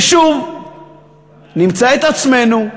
ושוב נמצא את עצמנו,